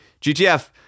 GTF